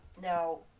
now